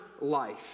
life